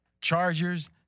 Chargers